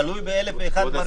תלוי באלף ואחת דברים.